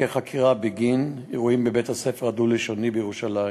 חקירה בגין אירועים בבית-הספר הדו-לשוני בירושלים,